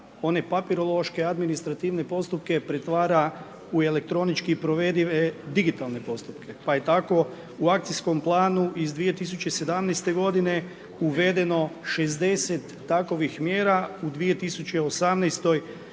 one papirološke administrativne postupke pretvara u elektronički provedive digitalne postupke. Pa je tako u akcijskom planu iz 2017. godine uvedeno 60 takvih mjera u 2018. mi